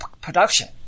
production